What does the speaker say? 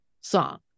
song